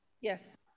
Yes